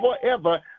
forever